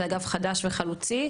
זה אגף חדש וחלוצי.